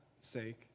sake